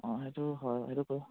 অঁ সেইটো হয় সেইটো